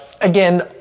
again